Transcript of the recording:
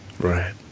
Right